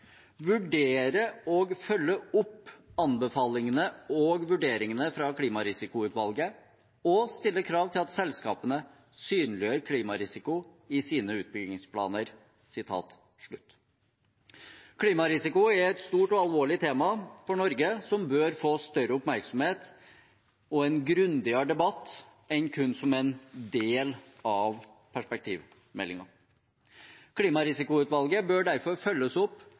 og følge opp anbefalingene og vurderingene fra klimarisikoutvalget, og stille krav til at selskapene synliggjør klimarisiko i sine utbyggingsplaner.» Klimarisiko er et stort og alvorlig tema for Norge som bør få større oppmerksomhet og en grundigere debatt enn kun som en del av perspektivmeldingen. Klimarisikoutvalget bør derfor følges opp